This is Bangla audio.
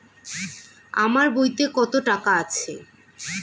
আমার বইতে কত টাকা আছে?